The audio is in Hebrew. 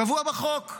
קבוע בחוק,